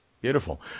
Beautiful